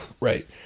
right